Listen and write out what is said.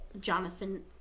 jonathan